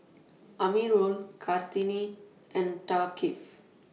Amirul Kartini and Thaqif